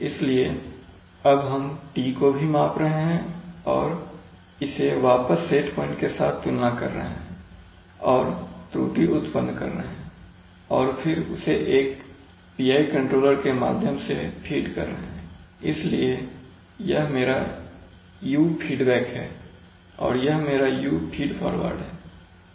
इसलिए अब हम T को भी माप रहे हैं और इसे वापस सेट पॉइंट के साथ तुलना कर रहे हैं और त्रुटि उत्पन्न कर रहे हैं और फिर उसे एक PI कंट्रोलर के माध्यम से फीड कर रहे हैं इसलिए यह मेरा U फीडबैक है और यह मेरा U फीड फॉरवर्ड है